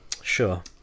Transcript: Sure